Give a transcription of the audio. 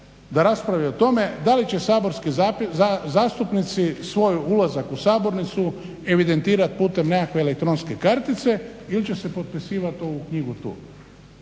da raspravi o tome da li će saborski zastupnici svoj ulazak u sabornicu evidentirati putem nekakve elektronske kartice ili će se potpisivati u ovu knjigu tu.